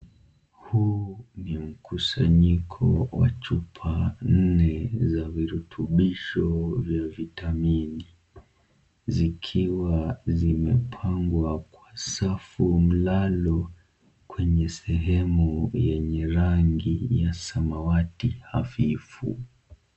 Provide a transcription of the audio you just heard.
Huu ni mkusanyiko wa chupa nne za virutubisho vya vitamini, zikiwa zimepangwa kwa safu mlalo kwenye sehemu yenye rangi ya samawati hafifu.